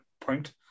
point